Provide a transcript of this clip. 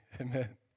Amen